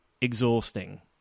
exhausting